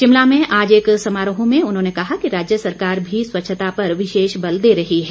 शिमला में आज एक समारोह में उन्होंने कहा कि राज्य सरकार भी स्वच्छता पर विशेष बल दे रही है